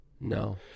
No